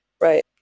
right